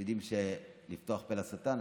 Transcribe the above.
לפתוח פה לשטן,